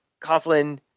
Coughlin